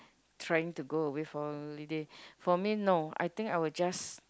trying to go away for holiday for me no I think I'll just